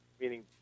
meaning